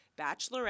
Bachelorette